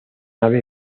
ave